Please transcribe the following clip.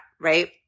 right